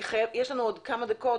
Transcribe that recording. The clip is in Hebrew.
יש לנו עוד כמה דקות,